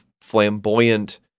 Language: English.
flamboyant